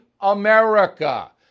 America